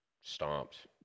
stomped